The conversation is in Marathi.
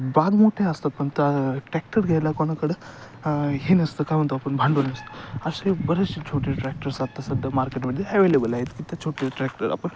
बाग मोठे असतात पण त्या ट्रॅक्टर घ्यायला कोणाकडं हे नसतं काय म्हणतो आपण भांडवल असे बरेचसे छोटे ट्रॅक्टर्स आता सध्या मार्केटमध्ये अवेलेबल आहेत की त्या छोटे ट्रॅक्टर